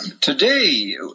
today